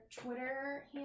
Twitter